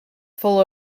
full